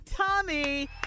Tommy